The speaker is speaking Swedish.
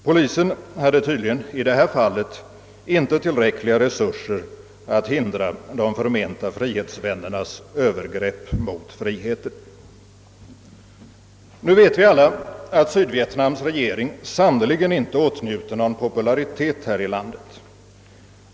Polisen hade tydligen i det här fallet inte tillräckliga resurser att hindra de förmenta frihetsvännernas övergrepp mot friheten. Nu vet vi alla att Sydvietnams regering sannerligen inte åtnjuter någon popularitet här i landet.